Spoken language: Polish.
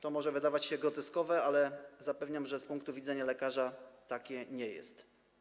To może wydawać się groteskowe, ale zapewniam, że z punktu widzenia lekarza takie nie jest.